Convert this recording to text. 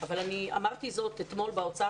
אבל אמרתי אתמול במשרד האוצר